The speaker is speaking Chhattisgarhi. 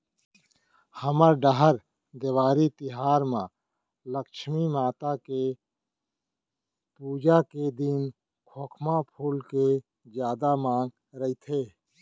हमर डहर देवारी तिहार म लक्छमी माता के पूजा के दिन खोखमा फूल के जादा मांग रइथे